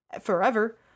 forever